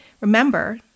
Remember